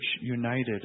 united